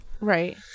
Right